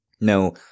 No